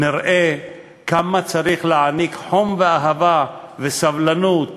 נראה כמה חום ואהבה וסבלנות